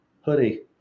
hoodie